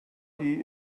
die